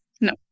No